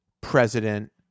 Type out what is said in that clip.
president